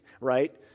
right